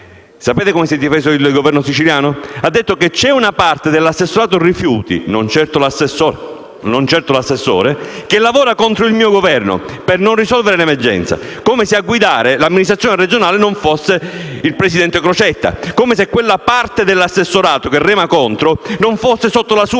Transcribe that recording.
Sapete come si è difeso il Governatore siciliano? Ha detto che «c’è una parte dell’assessorato rifiuti, non certo l’assessore, che lavora contro il mio Governo per non risolvere l’emergenza», come se a guidare l’amministrazione regionale non fosse il presidente Crocetta e quella «parte dell’assessorato» che rema contro non fosse sotto la sua